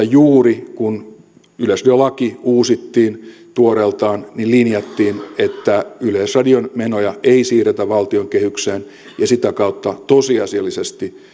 juuri kun yleisradiolaki uusittiin tuoreeltaan linjattiin että yleisradion menoja ei siirretä valtion kehykseen ja sitä kautta tosiasiallisesti